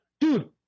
dude